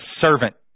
servant